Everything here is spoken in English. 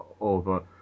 over